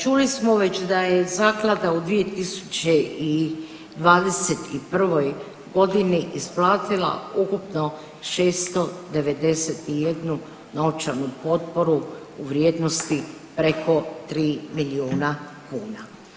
Čuli smo već da je zaklada u 2021.g. isplatila ukupno 691 novčanu potporu u vrijednosti preko 3 milijuna kuna.